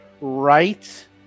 right